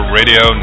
radio